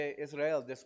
Israel